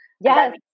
yes